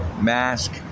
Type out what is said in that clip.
mask